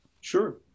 Sure